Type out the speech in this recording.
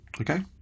Okay